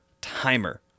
timer